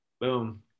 Boom